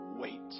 wait